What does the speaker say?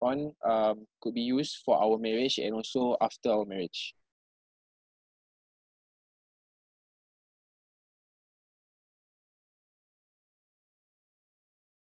on um could be used for our marriage and also after our marriage